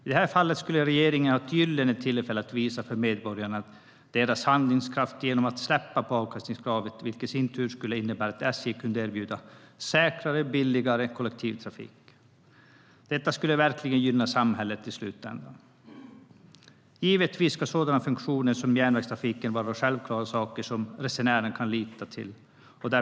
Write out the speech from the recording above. I det här fallet skulle regeringen ha ett gyllene tillfälle att visa sin handlingskraft för medborgarna genom att släppa på avkastningskravet, vilket i sin tur skulle innebära att SJ kunde erbjuda säkrare och billigare kollektivtrafik. Detta skulle verkligen gynna samhället i slutändan. Givetvis ska sådana funktioner som järnvägstrafiken vara självklara saker som resenärerna kan lita på.